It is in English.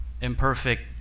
imperfect